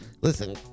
Listen